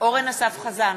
אורן אסף חזן,